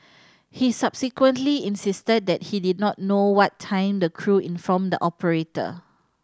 he subsequently insisted that he did not know what time the crew informed the operator